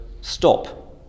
stop